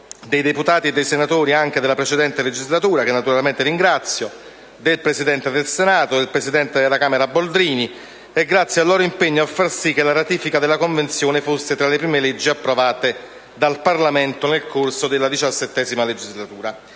dei deputati e dei senatori della precedente legislatura (che naturalmente ringrazio), del Presidente del Senato e della presidente della Camera Boldrini, grazie al loro impegno a far sì che la ratifica della Convenzione fosse tra le prime leggi approvate dal Parlamento nel corso della XVII legislatura.